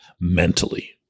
mentally